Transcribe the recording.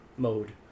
mode